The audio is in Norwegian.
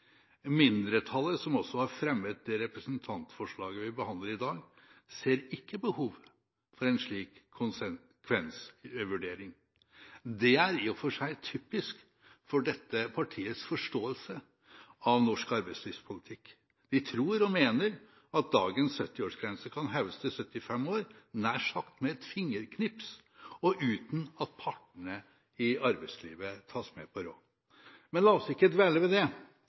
Mindretallet, som også har fremmet representantforslaget vi behandler i dag, ser ikke behov for en slik konsekvensvurdering. Det er i og for seg typisk for dette partiets forståelse av norsk arbeidslivspolitikk. De tror og mener at dagens 70-årsgrense kan heves til 75 år nær sagt med et fingerknips og uten at partene i arbeidslivet tas med på råd. Men la oss ikke dvele ved det.